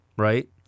Right